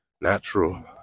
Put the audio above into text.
natural